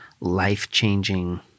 life-changing